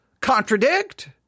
contradict